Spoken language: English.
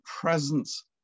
presence